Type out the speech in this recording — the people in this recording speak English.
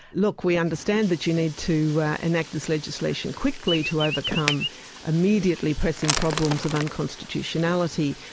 look, we understand that you need to enact this legislation quickly to overcome immediately pressing problems of unconstitutionality,